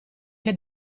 che